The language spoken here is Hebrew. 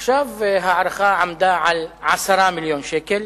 ועכשיו ההערכה עמדה על 10 מיליוני שקל.